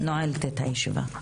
אני נועלת את הישיבה.